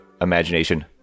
Imagination